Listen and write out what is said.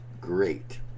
great